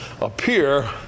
appear